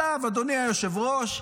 אדוני היושב-ראש,